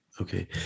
okay